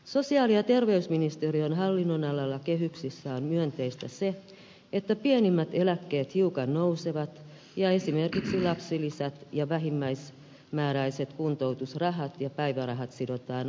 sosiaali ja terveysministeriön hallinnonalalla kehyksissä on myönteistä se että pienimmät eläkkeet hiukan nousevat ja esimerkiksi lapsilisät ja vähimmäismääräiset kuntoutusrahat ja päivärahat sidotaan kansaneläkeindeksiin